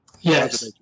Yes